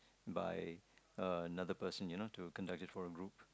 by uh another person you know to conduct it for a group